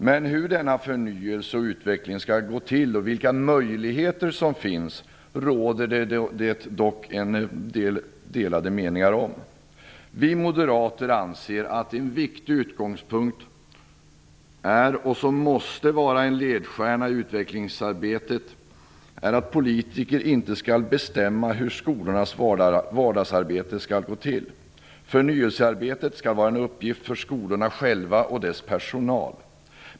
Men hur denna förnyelse och utveckling skall gå till och vilka möjligheter som finns råder det dock delade meningar om. Vi moderater anser att en viktig utgångspunkt är, vilket måste vara en ledstjärna i utvecklingsarbetet, att politiker inte skall bestämma hur skolornas vardagsarbete skall gå till. Förnyelsearbetet skall vara en uppgift för skolorna själva och för dess personal.